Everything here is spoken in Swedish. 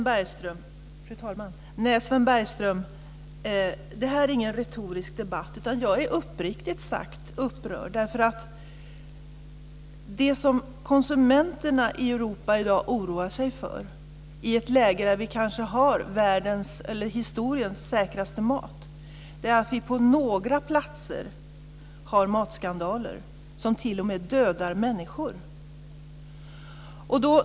Fru talman! Nej, Sven Bergström det här är ingen retorisk debatt. Jag är uppriktigt upprörd. Det som konsumenterna i Europa i dag oroar sig för, i ett läge där vi har historiens säkraste mat, är att vi på några platser har matskandaler som t.o.m. dödar människor.